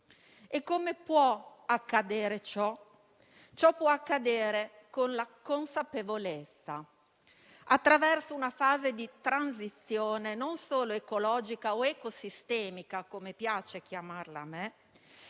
Come può accadere ciò? Ciò può accadere con la consapevolezza, attraverso una fase di transizione, non solo ecologica o eco-sistemica, come piace chiamarla a me,